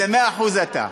זה 100% אתה.